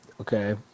Okay